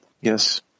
yes